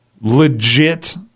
legit